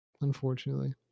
Unfortunately